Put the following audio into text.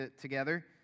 together